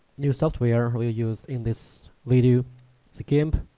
new software we use in this video the gimp